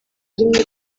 rimwe